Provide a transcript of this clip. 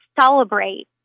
celebrate